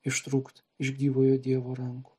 ištrūkt iš gyvojo dievo rankų